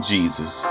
Jesus